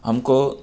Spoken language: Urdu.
ہم کو